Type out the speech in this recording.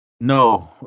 No